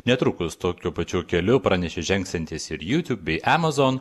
netrukus tokiu pačiu keliu pranešė žengsiantis ir youtube bei amazon